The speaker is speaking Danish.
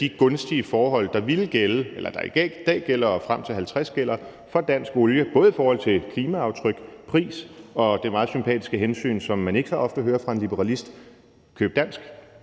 de gunstige forhold, der i dag og frem til 2050 gælder for dansk olie, både i forhold til klimaaftryk, pris og det meget sympatiske hensyn til at købe dansk, som man ikke så ofte hører fra en liberalist, også